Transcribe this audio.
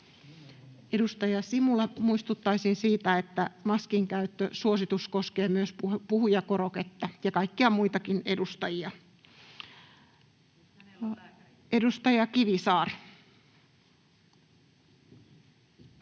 Edustaja Simula, muistuttaisin siitä, että maskinkäyttösuositus koskee myös puhujakoroketta ja kaikkia muitakin edustajia. [Leena Meri: